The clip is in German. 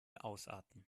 ausarten